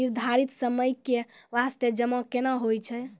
निर्धारित समय के बास्ते जमा केना होय छै?